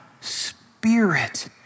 spirit